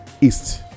East